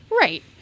Right